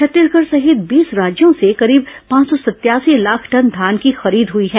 छत्तीसगढ़ सहित बीस राज्यों से करीब पांच सौ सत्यासी लाख टन घान की खरीद हुई है